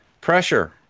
pressure